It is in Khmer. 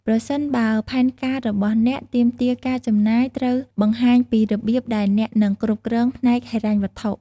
ប្រសិនបើផែនការរបស់អ្នកទាមទារការចំណាយ ត្រូវបង្ហាញពីរបៀបដែលអ្នកនឹងគ្រប់គ្រងផ្នែកហិរញ្ញវត្ថុ។